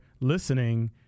listening